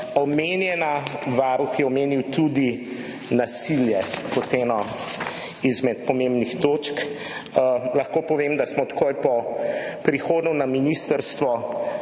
področje. Varuh je omenil tudi nasilje kot eno izmed pomembnih točk. Lahko povem, da smo takoj po prihodu na ministrstvo